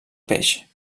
peix